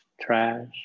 trash